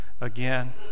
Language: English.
again